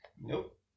Nope